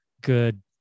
good